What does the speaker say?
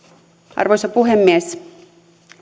arvoisa puhemies